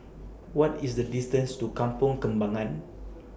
What IS The distance to Kampong Kembangan